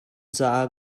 caah